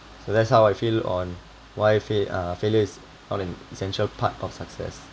so that's how I feel on why fail~ uh failures on an essential part of success